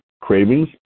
cravings